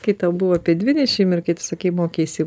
kai tau buvo apie dvidešimt ir kai tu sakei mokeisi